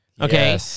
Okay